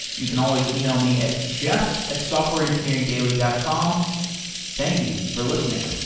you can always email me at jeff at softwareengineeringdaily dot com thank you for listening.